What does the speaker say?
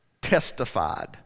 testified